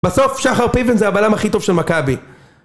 בסוף שחר פיבן זה הבעלים הכי טוב של מכבי